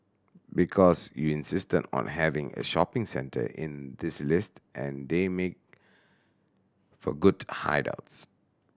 because you insisted on having a shopping centre in this list and they make for good hideouts